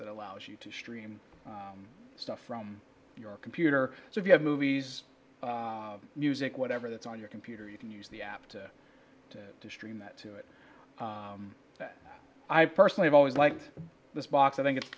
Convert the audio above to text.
that allows you to stream stuff from your computer so if you have movies music whatever that's on your computer you can use the app to to to stream that to it that i personally i've always liked this box i think it's